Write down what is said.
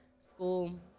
school